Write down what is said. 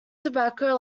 tobacco